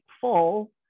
full